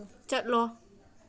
ꯆꯠꯂꯣ